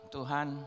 Tuhan